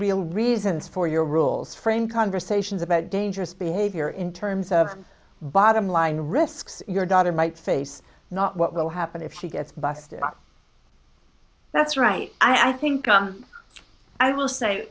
real reasons for your rules frank conversations about dangerous behavior in terms of bottom line risks your daughter might face not what will happen if she gets busted up that's right i think i will say